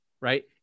right